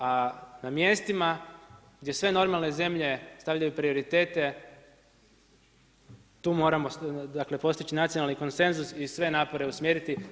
A na mjestima gdje sve normalne zemlje stavljaju prioritete tu moramo dakle postići nacionalni konsenzus i sve napore usmjeriti.